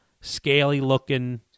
scaly-looking